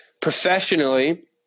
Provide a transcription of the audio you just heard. professionally